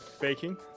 baking